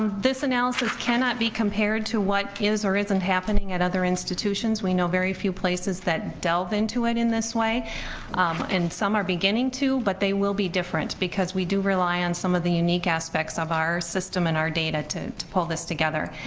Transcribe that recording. um this analysis cannot be compared to what is or isn't happening at other institutions. we know very few places that delve into it in this way and some are beginning to, but they will be different, because we do rely on some of the unique aspects of our system and our data to to pull this together.